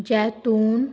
ਜੈਤੂਨ